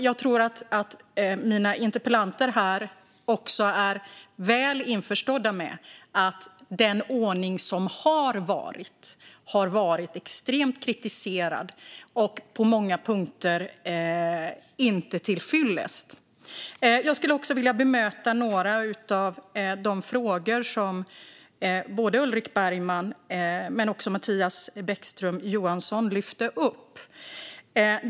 Jag tror att interpellanterna är väl införstådda med att den tidigare ordningen var extremt kritiserad och på många punkter inte till fyllest. Jag skulle också vilja bemöta några av de frågor som både Ulrik Bergman och Mattias Bäckström Johansson lyfte upp.